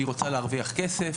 היא רוצה להרוויח כסף.